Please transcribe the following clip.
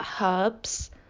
herbs